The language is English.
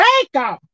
Jacob